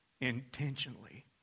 intentionally